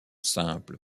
simple